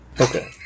Okay